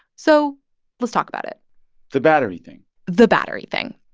so let's talk about it the battery thing the battery thing.